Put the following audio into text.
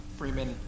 Freeman